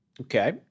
Okay